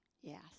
Yes